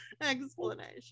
explanation